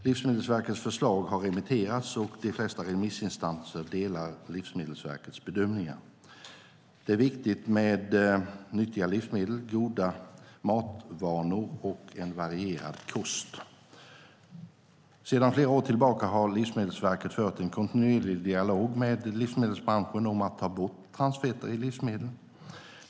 Livsmedelsverkets förslag har remitterats, och de flesta remissinstanser delar Livsmedelsverkets bedömningar. Det är viktigt med nyttiga livsmedel, goda matvanor och en varierad kost. Sedan flera år tillbaka har Livsmedelsverket fört en kontinuerlig dialog med livsmedelsbranschen om att ta bort transfetter i livsmedel.